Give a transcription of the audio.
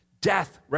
death